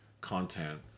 content